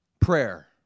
prayer